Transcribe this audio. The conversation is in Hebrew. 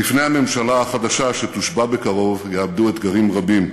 בפני הממשלה החדשה שתושבע בקרוב יעמדו אתגרים רבים,